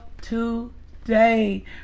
today